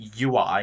UI